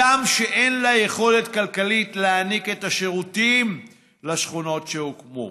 הגם שאין להן יכולת כלכלית להעניק את השירותים לשכונות שהוקמו,